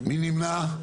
מי נמנע?